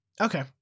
Okay